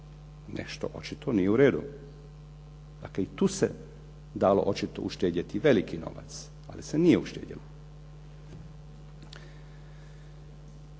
Nešto očito nije uredu. Dakle, i tu se očito dalo uštedjeti veliki novac, ali se nije uštedjelo.